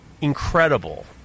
incredible